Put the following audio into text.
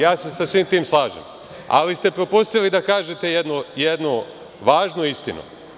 Ja se sa svim tim slažem, ali ste propustili da kažete jednu važnu istinu.